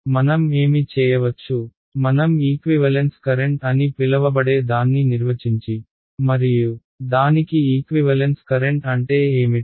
కాబట్టి మనం ఏమి చేయవచ్చు మనం ఈక్వివలెన్స్ కరెంట్ అని పిలవబడే దాన్ని నిర్వచించి మరియు దానికి ఈక్వివలెన్స్ కరెంట్ అంటే ఏమిటి